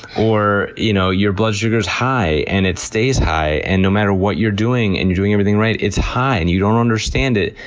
or you know your blood sugar's high, and it stays high, and no matter what you're doing, and you're doing everything right, it's high and you don't understand it.